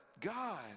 God